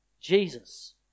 Jesus